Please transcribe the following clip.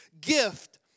gift